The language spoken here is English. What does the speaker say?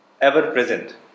ever-present